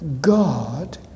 God